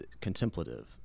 contemplative